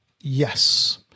Yes